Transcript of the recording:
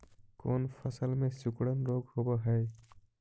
कोन फ़सल में सिकुड़न रोग होब है?